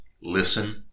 Listen